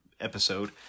episode